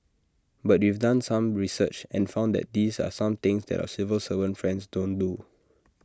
but we've done some research and found that these are some things that our civil servant friends don't do